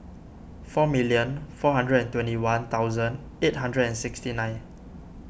four million four hundred and twenty one thousand eight hundred and sixty nine